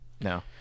no